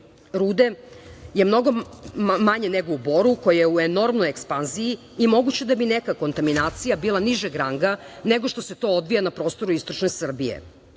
rude je mnogo manje nego u Boru, koji je u enormnoj ekspanziji i moguće je da bi neka kontaminacija bila nižeg ranga nego što se to odvija na prostoru istočne Srbije. Imamo